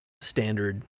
standard